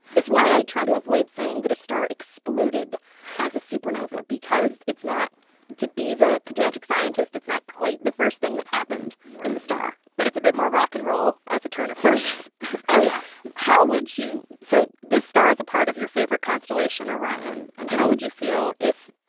it's why i try to avoid saying that a star exploded as a supernova because it's not to be the pedantic scientist it's not quite the first thing that happened in the star right. but it's a bit more rock n and roll as a turn of phrase oh, yeah how would you so this star is a part of your favorite constellation, orion. and how would you feel if,